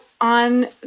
on